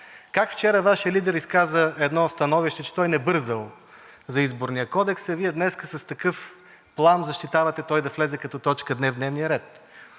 как вчера Вашият лидер изказа едно становище, че той не бързал за Изборния кодекс, а Вие днес с такъв плам защитавате той да влезе като точка в дневния ред?